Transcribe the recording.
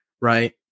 Right